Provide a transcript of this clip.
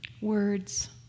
Words